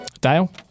Dale